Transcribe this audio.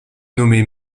nommées